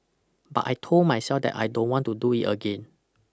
but I told myself that I don't want to do it again